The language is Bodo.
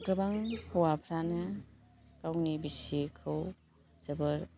गोबां हौवाफ्रानो गावनि बिसिखौ जोबोर